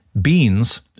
Beans